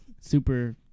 super